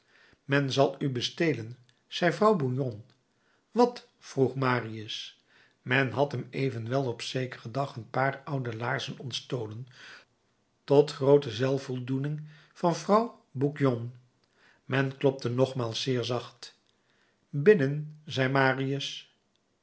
men zal u bestelen zei vrouw bougon wat vroeg marius men had hem evenwel op zekeren dag een paar oude laarzen ontstolen tot groote zelfvoldoening van vrouw bougon men klopte nogmaals zeer zacht binnen zei marius